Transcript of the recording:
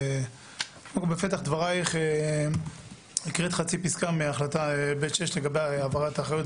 בפתח דבריך הקראת חצי פסקה מהחלטה ב/6 לגבי העברת האחריות,